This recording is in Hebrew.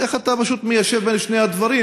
איך אתה פשוט מיישב בין שני הדברים,